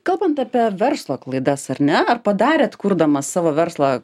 kalbant apie verslo klaidas ar ne ar padarėt kurdamas savo verslą